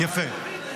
אה, יפה.